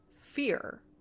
fear